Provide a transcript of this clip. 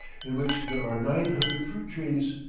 in which there are nine hundred fruit trees,